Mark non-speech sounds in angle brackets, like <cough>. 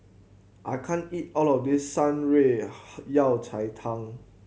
I can't eat all of this Shan Rui <unintelligible> Yao Cai Tang